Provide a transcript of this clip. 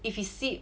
if it seep